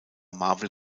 marvel